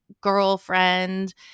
girlfriend